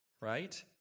right